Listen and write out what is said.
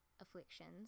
afflictions